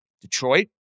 Detroit